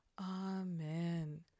Amen